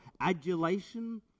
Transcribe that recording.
adulation